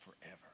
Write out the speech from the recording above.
forever